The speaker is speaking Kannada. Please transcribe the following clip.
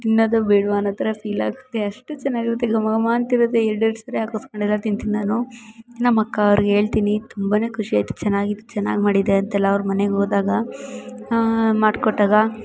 ತಿನ್ನೋದಾ ಬೇಡವಾ ಅನ್ನೋ ಥರ ಫೀಲಾಗುತ್ತೆ ಅಷ್ಟು ಚೆನ್ನಾಗಿರುತ್ತೆ ಘಮ ಘಮ ಅಂತಿರುತ್ತೆ ಎರಡೆರಡು ಸರಿ ಹಾಕಿಸ್ಕೊಂಡೆಲ್ಲ ತಿಂತೀನಿ ನಾನು ನಮ್ಮಕ್ಕೋರಿಗೆ ಹೇಳ್ತಿನಿ ತುಂಬಾ ಖುಷಿಯಾಯಿತು ಚೆನ್ನಾಗಿತ್ತು ಚೆನ್ನಾಗಿ ಮಾಡಿದ್ದೆ ಅಂತೆಲ್ಲ ಅವ್ರ ಮನೆಗೋದಾಗ ಮಾಡಿಕೊಟ್ಟಾಗ